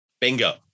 bingo